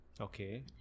Okay